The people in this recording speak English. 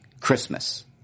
christmas